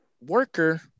worker